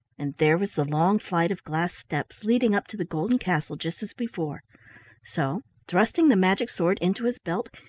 and there was the long flight of glass steps leading up to the golden castle just as before so thrusting the magic sword into his belt,